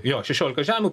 jo šešiolika žemių